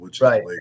Right